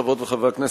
חברות וחברי הכנסת,